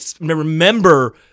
remember